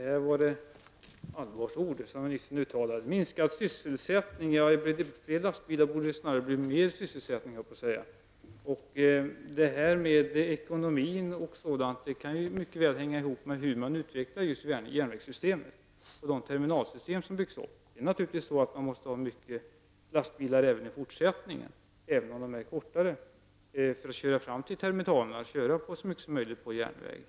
Herr talman! Det var allvarsord som kommunikationsministern här uttalade. Han talade om minskad sysselsättning. Blir det fler lastbilar borde det snarare bli mer sysselsättning. Frågan om ekonomi och annat hänger ihop med hur man utvecklar järnvägssystemet och de terminalsystem som bör byggas ut. Naturligtvis måste man i fortsättningen använda många lastbilar, även om de är kortare, för att köra fram till terminalerna och kunna frakta så mycket som möjligt på järnväg.